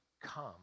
come